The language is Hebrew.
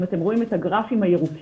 אם אתם רואים את הגרפים הירוקים,